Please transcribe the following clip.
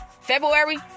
February